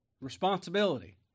Responsibility